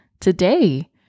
today